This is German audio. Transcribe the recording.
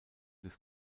des